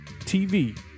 TV